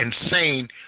insane